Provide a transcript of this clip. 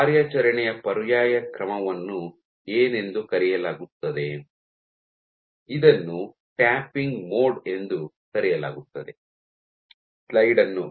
ಕಾರ್ಯಾಚರಣೆಯ ಪರ್ಯಾಯ ಕ್ರಮವನ್ನು ಏನೆಂದು ಕರೆಯಲಾಗುತ್ತದೆ ಇದನ್ನು ಟ್ಯಾಪಿಂಗ್ ಮೋಡ್ ಎಂದು ಕರೆಯಲಾಗುತ್ತದೆ